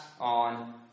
on